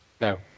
No